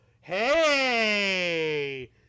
Hey